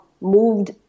moved